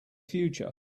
future